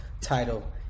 title